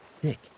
thick